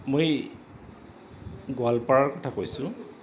মই গোৱালপাৰাৰ কথা কৈছোঁ